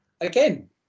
Again